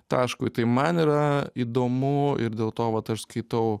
taškui tai man yra įdomu ir dėl to vat aš skaitau